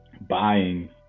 buying